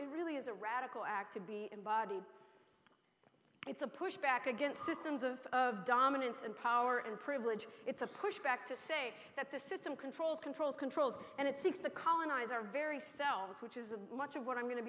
it really is a radical act to be embodied it's a pushback against systems of of dominance and power and privilege it's a push back to say that the system controls controls controls and it seeks to colonize our very selves which is a much of what i'm going to